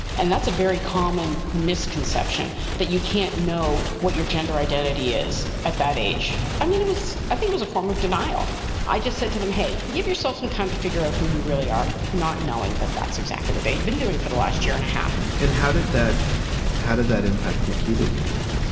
and that's a very common misconception that you can't know what your gender identity is at that age. i mean, it was i think was a form of denial i just said to them, hey, give yourself some time to figure out who you really are, not knowing that that's exactly what they had been doing for the last year and a half and how did that how did that impact the key, do you think?